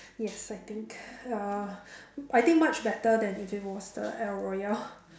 yes I think uh I think much better than if it was the el-royale